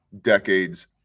decades